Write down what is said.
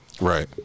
Right